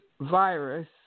virus